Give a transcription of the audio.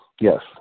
yes